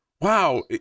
Wow